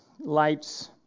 lights